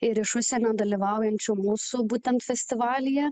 ir iš užsienio dalyvaujančių mūsų būtent festivalyje